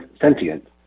sentient